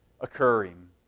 occurring